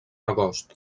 agost